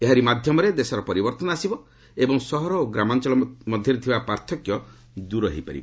ଏହାରି ମାଧ୍ୟମରେ ଦେଶର ପରିବର୍ତ୍ତନ ଆସିବ ଏବଂ ସହର ଓ ଗ୍ରାମାଞ୍ଚଳରେ ଥିବା ପାର୍ଥକ୍ୟ ଦୂର ହୋଇପାରିବ